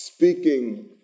speaking